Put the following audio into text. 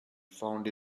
found